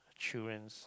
children